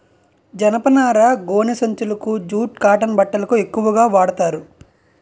జనపనార గోనె సంచులకు జూట్ కాటన్ బట్టలకు ఎక్కువుగా వాడతారు